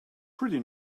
pretty